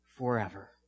Forever